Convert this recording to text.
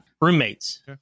roommates